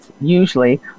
usually